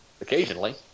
occasionally